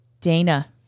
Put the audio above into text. Dana